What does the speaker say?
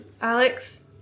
Alex